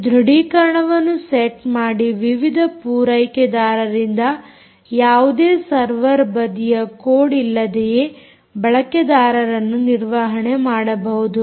ನೀವು ಧೃಡೀಕರಣವನ್ನು ಸೆಟ್ ಮಾಡಿ ವಿವಿಧ ಪೂರೈಕೆದಾರರಿಂದ ಯಾವುದೇ ಸರ್ವರ್ ಬದಿಯ ಕೋಡ್ಇಲ್ಲದೆಯೇ ಬಳಕೆದಾರರನ್ನು ನಿರ್ವಹಣೆ ಮಾಡಬಹುದು